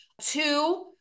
Two